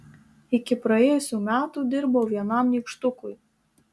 iki praėjusių metų dirbau vienam nykštukui